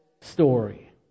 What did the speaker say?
story